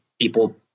people